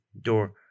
door